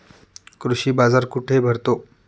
कृषी बाजार कुठे भरतो?